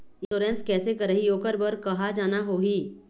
Insurance कैसे करही, ओकर बर कहा जाना होही?